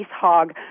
hog